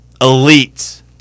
elite